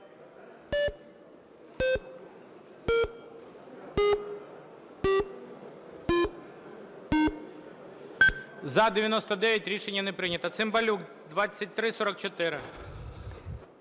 За-99 Рішення не прийнято. Цимбалюк, 2344.